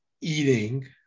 eating